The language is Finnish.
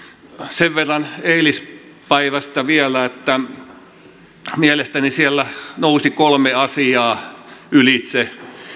sen verran eilispäivästä vielä että mielestäni siellä nousi kolme asiaa ylitse